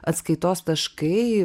atskaitos taškai